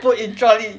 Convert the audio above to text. put in trolley